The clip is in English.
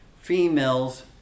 females